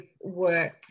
work